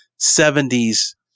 70s